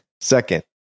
Second